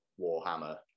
warhammer